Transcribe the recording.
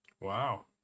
wow